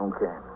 Okay